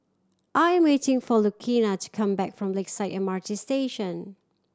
I am waiting for Lucina to come back from Lakeside M R T Station